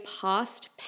past